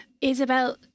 Isabel